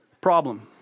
Problem